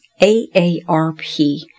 AARP